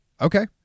Okay